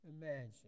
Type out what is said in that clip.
Imagine